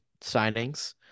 signings